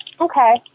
Okay